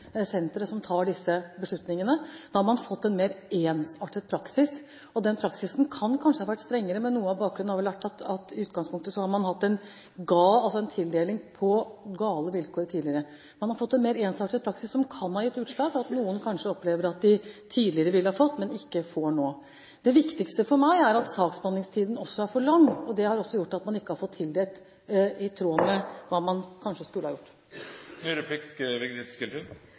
som tar disse beslutningene. Da har man fått en mer ensartet praksis. Den praksisen kunne kanskje vært strengere, men noe av bakgrunnen har vært at i utgangspunktet har man tidligere hatt en tildeling på gale vilkår. Man har fått en mer ensartet praksis, som kan ha gitt det utslag at noen opplever at de tidligere ville fått kassebil, men ikke får det nå. Det viktigste for meg er at saksbehandlingstiden er for lang, og det har også gjort at man ikke har fått tildeling i tråd med hva man kanskje skulle